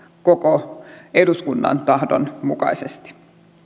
koko eduskunnan tahdon mukaisesti